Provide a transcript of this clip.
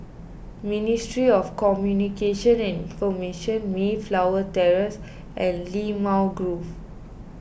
Ministry of Communications and Information Mayflower Terrace and Limau Grove